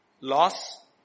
loss